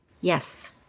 Yes